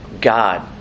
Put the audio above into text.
God